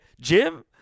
jim